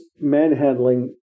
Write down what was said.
manhandling